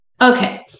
Okay